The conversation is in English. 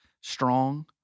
strong